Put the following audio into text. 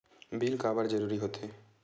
Bill काबर जरूरी होथे?